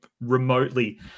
remotely